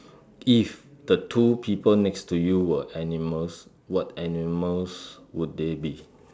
if the two people next to you were animals what animals would they be